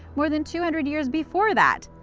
more than two hundred years before that?